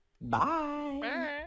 Bye